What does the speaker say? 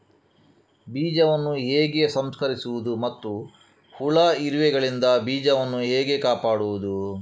ಬೀಜವನ್ನು ಹೇಗೆ ಸಂಸ್ಕರಿಸುವುದು ಮತ್ತು ಹುಳ, ಇರುವೆಗಳಿಂದ ಬೀಜವನ್ನು ಹೇಗೆ ಕಾಪಾಡುವುದು?